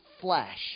flash